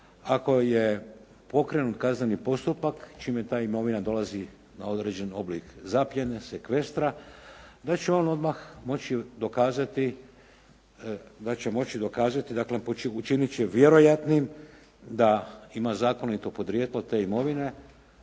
ako je pokrenut kazneni postupak čime ta imovina dolazi na određen oblik zapljene, sekvestra, da će on odmah moći dokazati, daklem učinit će vjerojatnim da ima zakonito podrijetlo te imovine.